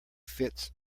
fits